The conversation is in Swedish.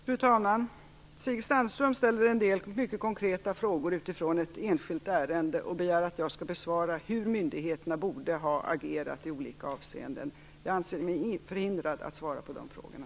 Fru talman! Stig Sandström ställer en del mycket konkreta frågor utifrån ett enskilt ärende och begär att jag skall besvara frågan hur myndigheterna borde ha agerat i olika avseenden. Jag anser mig förhindrad att svara på de frågorna.